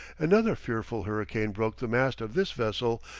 another fearful hurricane broke the mast of this vessel,